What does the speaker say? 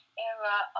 era